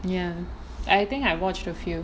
ya I think I watched a few